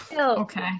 Okay